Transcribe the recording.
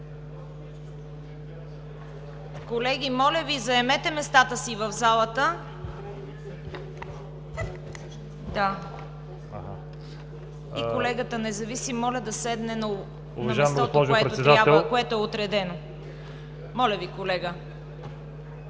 Моля, колеги, заемете местата си в залата! Колегата независим, моля да седне на мястото, което е отредено. Моля Ви, колега!